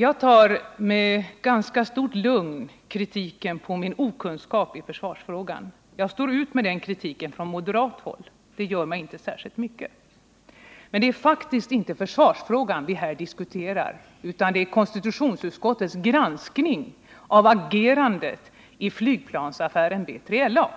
Jag tar med ganska stort lugn kritiken att vara okunnig i försvarsfrågan. Jag står ut med den kritiken från moderat håll — den gör mig inte särskilt mycket. Men det är faktiskt inte försvarsfrågan vi här diskuterar, utan det är konstitutionsutskottets granskning av agerandet i flygplansaffären B3LA.